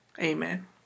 Amen